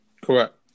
Correct